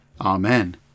Amen